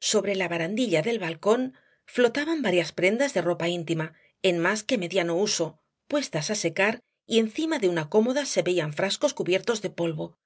sobre la barandilla del balcón flotaban varias prendas de ropa íntima en más que mediano uso puestas á secar y encima de una cómoda se veían frascos cubiertos de polvo